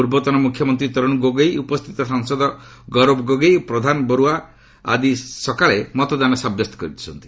ପୂର୍ବତନ ମୁଖ୍ୟମନ୍ତ୍ରୀ ତରୁଣ ଗୋଗୋଇ ଉପସ୍ଥିତ ସାଂସଦ ଗୌରବ ଗୋଗୋଇ ଓ ପ୍ରଧାନ ବରୁଆ ଆଜି ସକାଳେ ମତଦାନ ସାବ୍ୟସ୍ତ କରିଛନ୍ତି